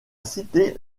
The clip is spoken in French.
cité